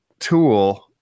Tool